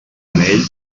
anell